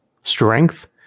strength